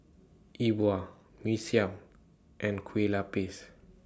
E Bua Mee Siam and Kuih Lopes